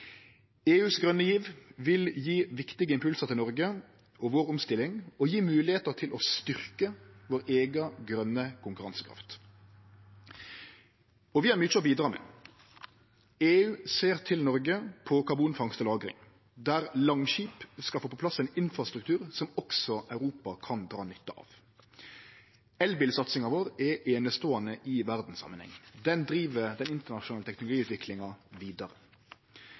EUs grøne giv vil gje viktige impulsar til Noreg og vår omstilling og gje moglegheiter for å styrkje vår eiga grøne konkurransekraft. Og vi har mykje å bidra med. EU ser til Noreg på karbonfangst og -lagring, der Langskip skal få på plass ein infrastruktur som også Europa kan dra nytte av. Elbilsatsinga vår er eineståande i verdssamanheng. Ho driv den internasjonale teknologiutviklinga vidare.